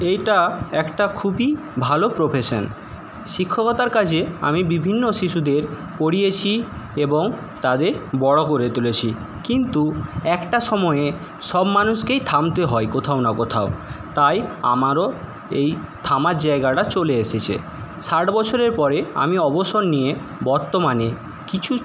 এইটা একটা খুবই ভালো প্রফেশান শিক্ষকতার কাজে আমি বিভিন্ন শিশুদের পড়িয়েছি এবং তাদের বড়ো করে তুলেছি কিন্তু একটা সময়ে সব মানুষকেই থামতে হয় কোথাও না কোথাও তাই আমারও এই থামার জায়গাটা চলে এসেছে ষাট বছরের পরে আমি অবসর নিয়ে বর্তমানে কিছু